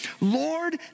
Lord